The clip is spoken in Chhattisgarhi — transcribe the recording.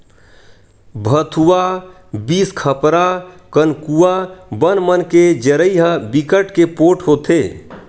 भथुवा, बिसखपरा, कनकुआ बन मन के जरई ह बिकट के पोठ होथे